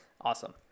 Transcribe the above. awesome